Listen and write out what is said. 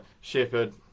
shepherd